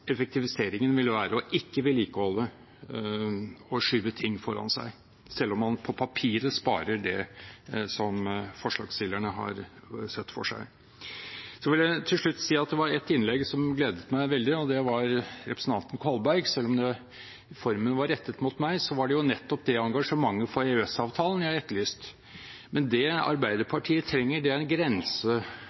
effektiviseringen ville være å ikke vedlikeholde, å skyve ting foran seg, selv om man på papiret sparer det som forslagsstillerne har sett for seg. Så vil jeg til slutt si at det var ett innlegg som gledet meg veldig, og det var representanten Kolbergs. Selv om det i formen var rettet mot meg, var det jo nettopp det engasjementet for EØS-avtalen jeg har etterlyst. Men det Arbeiderpartiet trenger, er en